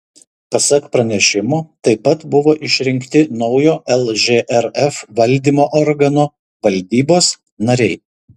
pasak pranešimo taip pat buvo išrinkti naujo lžrf valdymo organo valdybos nariai